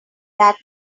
that